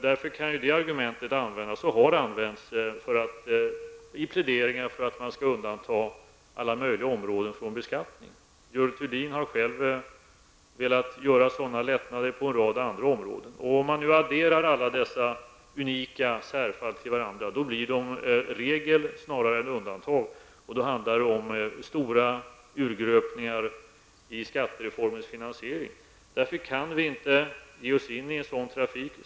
Därför kan det argumentet användas och har använts i pläderingar för att man skall undanta alla möjliga områden från beskattning. Görel Thurdin har själv velat åstadkomma sådana lättnader på en rad andra områden. Om man adderar alla dessa unika särfall blir de regel snarare än undantag, och då handlar det om stora urgröpningar i skattereformens finansiering. Därför kan vi inte göra det.